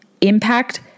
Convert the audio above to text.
impact